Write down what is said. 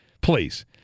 please